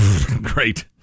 great